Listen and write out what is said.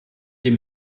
dem